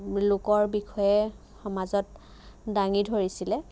লোকৰ বিষয়ে সমাজত দাঙি ধৰিছিলে